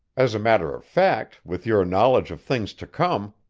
as a matter of fact, with your knowledge of things to come,